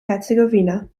herzegovina